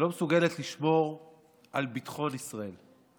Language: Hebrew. שלא מסוגלת לשמור על ביטחון ישראל,